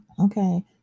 okay